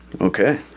Okay